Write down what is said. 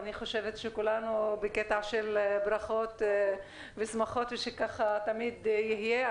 אני חושבת שכולנו בקטע של ברכות ושמחות שככה תמיד יהיה.